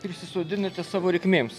prisisodinate savo reikmėms